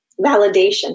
validation